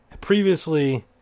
previously